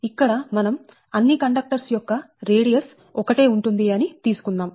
ఇక్కడ మనం అన్ని కండక్టర్స్ యొక్క రేడియస్వ్యాసార్థం ఒకటే ఉంటుంది అని తీసుకుందాం